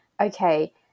Okay